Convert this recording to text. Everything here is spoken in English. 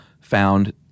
found